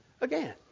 again